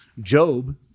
Job